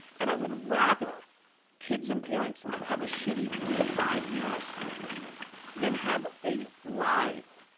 and i would rather kids and parents have a shitty three to five years then have a life,